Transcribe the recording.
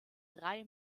drei